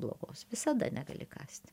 blogos visada negali kąsti